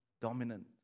dominant